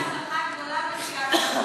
גם אתה חוזר על עצמך, עם הגדר, נא לצאת מן האולם.